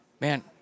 man